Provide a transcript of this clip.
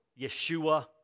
Yeshua